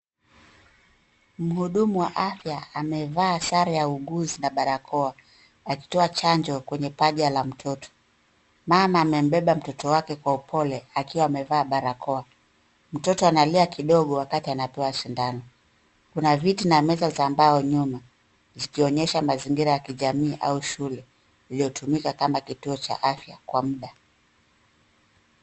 Mhudumu wa afya amevaa sare ya uuguzi na barakoa akitoa chanjo kwenye paja la mtoto. Mama amembeba mtoto wake kwa upole akiwa amevaa barakoa. Mtoto analia kidogo wakati anapewa sindano, kuna viti na meza za mbao nyuma vikionyesha mazingira ya kijamii au shule iliyotumika kama kituo cha afya kwa muda.